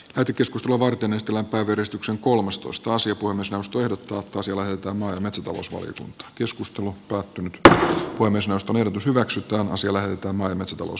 tätä keskustelua varten estellä päivystyksen kolmastoista sija kuin puhemiesneuvosto ehdottaa että monet sitoumus voi joskus tuukka tö voi myös asia lähetetään työelämä ja tasa arvovaliokuntaan